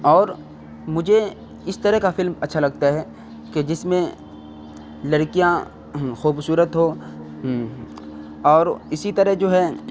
اور مجھے اس طرح کا فلم اچھا لگتا ہے کہ جس میں لڑکیاں خوبصورت ہو ہوں اور اسی طرح جو ہے